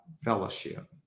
fellowship